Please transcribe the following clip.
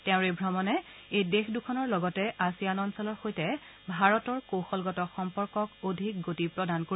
তেওঁৰ এই ভ্ৰমণে এই দেশ দুখনৰ লগতে আছিয়ান অঞ্চলৰ সৈতে ভাৰতৰ কৌশলগত সম্পৰ্কক অধিক গতি প্ৰদান কৰিব